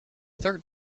third